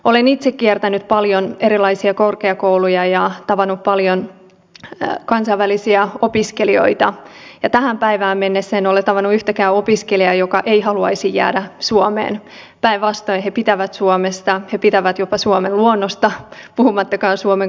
olen itse kiertänyt paljon erilaisia korkeakouluja ja tavannut paljon kansainvälisiä opiskelijoita ja tähän päivään mennessä en ole tavannut yhtäkään opiskelijaa joka ei haluaisi jäädä suomeen päinvastoin he pitävät suomesta he pitävät jopa suomen luonnosta puhumattakaan suomen koulutuksesta